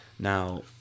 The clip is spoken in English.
Now